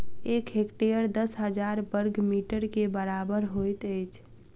एक हेक्टेयर दस हजार बर्ग मीटर के बराबर होइत अछि